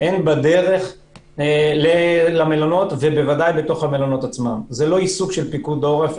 הן בדרך למלונות ובוודאי בתוך המלונות היא לא עיסוק של פיקוד העורף.